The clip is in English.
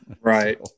Right